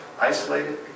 isolated